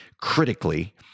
critically